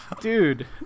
dude